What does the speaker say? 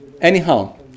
anyhow